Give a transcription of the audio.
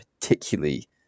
particularly